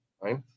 right